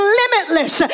limitless